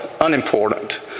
unimportant